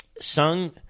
sung